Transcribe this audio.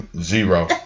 zero